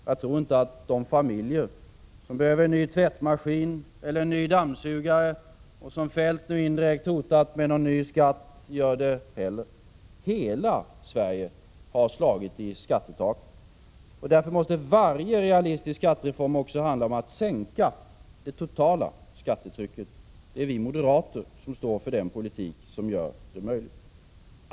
Jag tror inte att de familjer som behöver en ny tvättmaskin eller en ny dammsugare och som Feldt indirekt hotat med en ny skatt gör det. Hela Sverige har slagit i skattetaket, och därför måste varje realistisk skattereform också handla om att sänka det totala skattetrycket. Det är vi moderater som står för den politik som gör det möjligt.